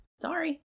Sorry